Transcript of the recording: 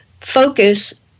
focus